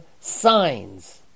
signs